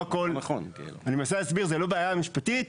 אני מנסה להסביר, זו לא בעיה משפטית.